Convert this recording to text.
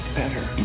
better